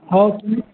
ହଉ ଠିକ୍